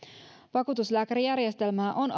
vakuutuslääkärijärjestelmää on